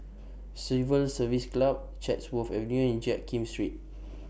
Civil Service Club Chatsworth Avenue and Jiak Kim Street